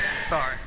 sorry